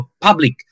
public